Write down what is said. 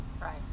right